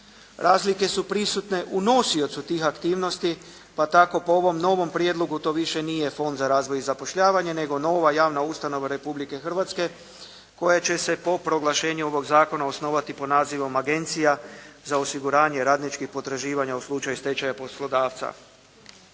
Razlike su prisutne u nosiocu tih aktivnosti, pa tako po ovom novom prijedlogu to više nije Fond za razvoj i zapošljavanje nego nova javna ustanova Republike Hrvatske koja će se po proglašenju ovog zakona osnovati pod nazivom Agencija za osiguranje radničkih potraživanja u slučaju stečaja poslodavca.